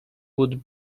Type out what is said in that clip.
would